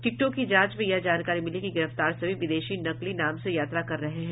टिकटों की जांच में यह जानकारी मिली कि गिरफ्तार सभी विदेशी नकली नाम से यात्रा कर रहे हैं